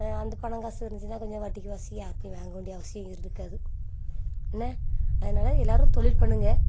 அந்த பணம் காசு இருந்துச்சுன்னால் கொஞ்சம் வட்டிக்கு வாசி யார்கிட்டையும் வாங்க வேண்டிய அவசியம் இருக்காது என்ன அதனால் எல்லோரும் தொழில் பண்ணுங்கள்